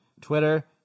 Twitter